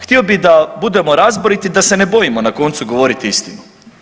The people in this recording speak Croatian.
Htio bi da budemo razboriti da se ne bojimo na koncu govoriti istinu.